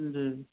जी जी